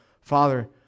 Father